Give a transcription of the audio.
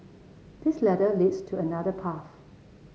this ladder leads to another path